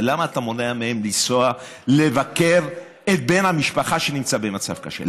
ולמה אתה מונע מהם לנסוע לבקר את בן המשפחה שנמצא במצב קשה?